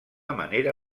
manera